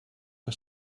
que